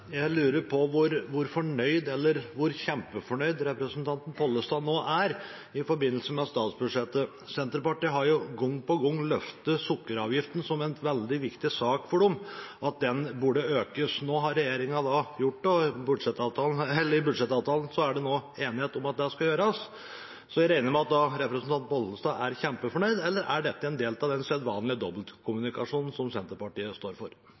Jeg lurer på hvor kjempefornøyd representanten Pollestad nå er i forbindelse med statsbudsjettet. Senterpartiet har gang på gang løftet sukkeravgiften som en veldig viktig sak for dem – at den burde økes. I budsjettavtalen er det nå enighet om at det skal gjøres. Jeg regner med at representanten Pollestad da er kjempefornøyd – eller er dette en del av den sedvanlige dobbeltkommunikasjonen som Senterpartiet står for?